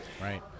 Right